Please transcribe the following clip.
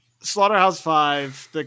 Slaughterhouse-Five